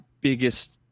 biggest